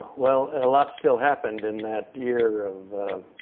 well, a lot still happened in that year of